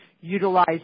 utilize